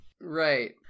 right